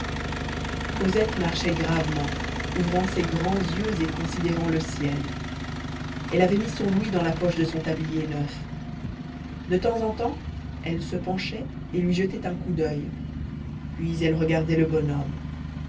cosette marchait gravement ouvrant ses grands yeux et considérant le ciel elle avait mis son louis dans la poche de son tablier neuf de temps en temps elle se penchait et lui jetait un coup d'oeil puis elle regardait le bonhomme